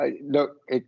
look